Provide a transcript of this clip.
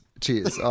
Cheers